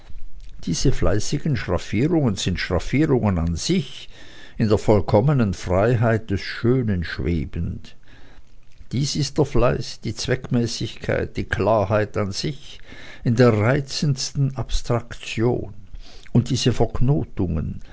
diese fleißigen schraffierungen sind schraffierungen an sich in der vollkommenen freiheit des schönen schwebend dies ist der fleiß die zweckmäßigkeit die klarheit an sich in der reizendsten abstraktion und diese verknotungen